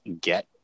get